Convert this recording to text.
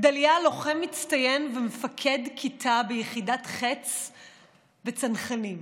גדליה הוא לוחם מצטיין ומפקד כיתה ביחידת ח"ץ בצנחנים,